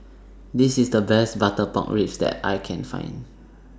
This IS The Best Butter Pork Ribs that I Can Find